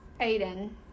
Aiden